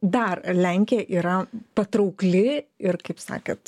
dar lenkija yra patraukli ir kaip sakėt